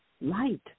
light